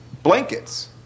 Blankets